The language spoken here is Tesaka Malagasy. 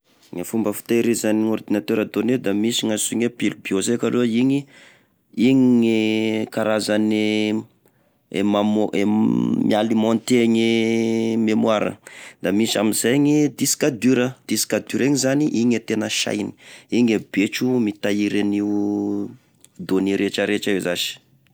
E fomba fitehizany ordinatera donne da misy gnatsoina oe pile bio zay kaloha igny, igny e karazany e mamoa- e mi-alimente gne mémoire da misy amizay gne disque dur, disque dur igny zany igny e tena e sainy! Igny e betro mitahiry an'io donné retraretra io zasy.